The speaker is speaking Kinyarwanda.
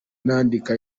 nandika